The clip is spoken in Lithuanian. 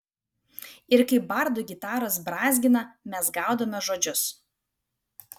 ir kai bardų gitaros brązgina mes gaudome žodžius